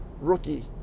Rookie